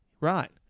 Right